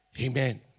Amen